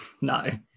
No